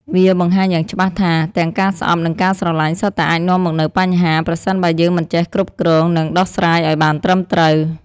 វាបង្ហាញយ៉ាងច្បាស់ថា ទាំងការស្អប់និងការស្រឡាញ់ សុទ្ធតែអាចនាំមកនូវបញ្ហា ប្រសិនបើយើងមិនចេះគ្រប់គ្រង និងដោះស្រាយឲ្យបានត្រឹមត្រូវ។